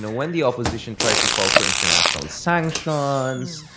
when the opposition tries to call for international sanctions,